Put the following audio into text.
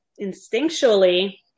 instinctually